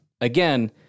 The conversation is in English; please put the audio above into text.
again